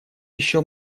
еще